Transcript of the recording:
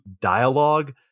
dialogue